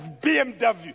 BMW